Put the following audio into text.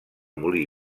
molí